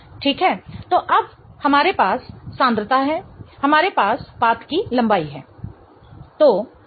ठीक है तो अब हमारे पास सांद्रता है हमारे पास पाथ की लंबाई है